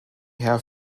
herr